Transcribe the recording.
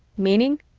meaning?